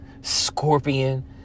Scorpion